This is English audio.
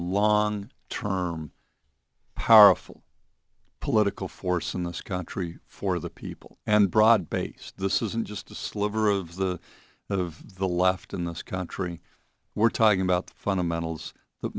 long term powerful political force in this country for the people and broad based this isn't just a sliver of the of the left in this country we're talking about the fundamentals that